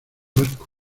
barco